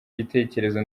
gitekerezo